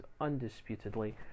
Undisputedly